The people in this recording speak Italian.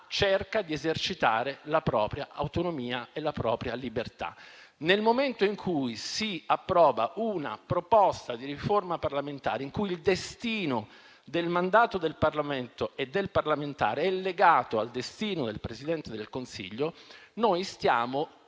cerca di esercitare la propria autonomia e la propria libertà. Nel momento in cui si approva una proposta di riforma parlamentare in cui il destino del mandato del Parlamento e del parlamentare è legato al destino del Presidente del Consiglio, noi stiamo